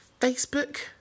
Facebook